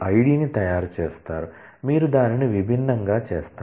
ఐడిని తయారు చేస్తారు మీరు దానిని విభిన్నంగా చేస్తారు